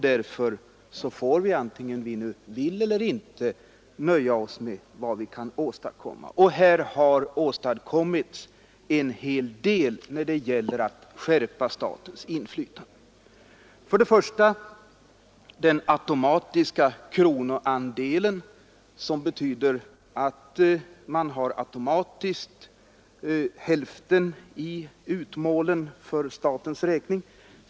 Därför får vi, antingen vi vill eller inte, nöja oss med vad vi kan åstadkomma. Här har åstadkommits en hel del när det gäller att stärka statens inflytande. För det första får staten sådan rätt till kronoandel att staten automatiskt tillförsäkras hälften i utmålen.